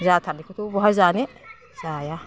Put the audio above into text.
जाथारैखौथ' बहा जानो जाया